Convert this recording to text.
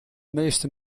meeste